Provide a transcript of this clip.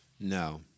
No